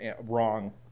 wrong